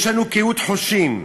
יש לנו קהות חושים.